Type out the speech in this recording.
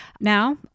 Now